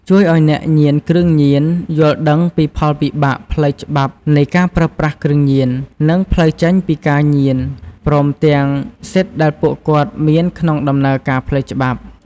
ជួយឲ្យអ្នកញៀនគ្រឿងញៀនយល់ដឹងពីផលវិបាកផ្លូវច្បាប់នៃការប្រើប្រាស់គ្រឿងញៀន និងផ្លូវចេញពីការញៀន ព្រមទាំងសិទ្ធិដែលពួកគាត់មានក្នុងដំណើរការផ្លូវច្បាប់។